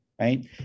right